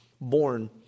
born